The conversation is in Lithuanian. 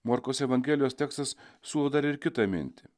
morkaus evangelijos tekstas siūlo dar ir kitą mintį